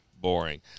boring